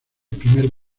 primer